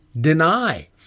deny